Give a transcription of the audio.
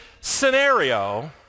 scenario